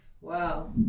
wow